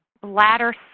bladder